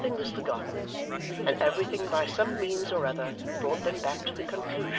nothing was forgotten and everything by some means or other brought them back to the conclusion,